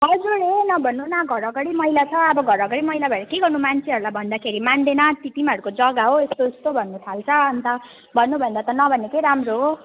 हजुर ए नभन्नु न घरअगाडि मैला छ अब घरअगाडि मैला भएर के गर्नु मान्छेहरूलाई भन्दाखेरि मान्दैन त तिमीहरूको जग्गा हो यस्तो यस्तो भन्नुथाल्छ अनि त भन्नुभन्दा त नभनेकै राम्रो हो